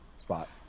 spot